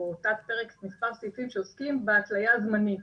תת פרק עם מספר סעיפים שעוסקים בהתליה זמנית